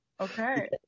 okay